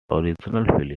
original